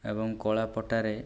ଏବଂ କଳାପଟାରେ